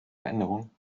veränderungen